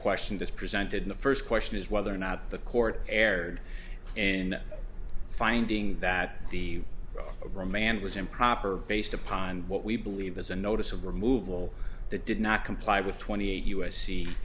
questions as presented in the first question is whether or not the court erred in finding that the romance was improper based upon what we believe as a notice of removal that did not comply with twenty eight u